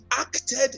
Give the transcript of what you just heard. acted